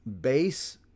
base